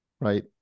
Right